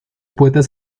poetas